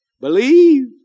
Believe